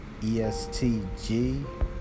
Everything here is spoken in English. ESTG